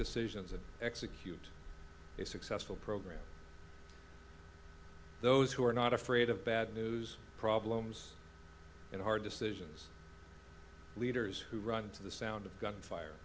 decisions and execute a successful program those who are not afraid of bad news problems and hard decisions leaders who run to the sound of gunfire